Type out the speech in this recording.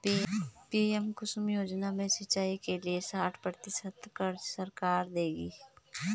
PM Kusum योजना में सिंचाई के लिए साठ प्रतिशत क़र्ज़ सरकार देगी